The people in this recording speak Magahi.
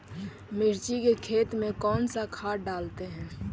मिर्ची के खेत में कौन सा खाद डालते हैं?